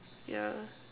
yeah